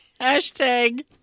Hashtag